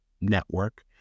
network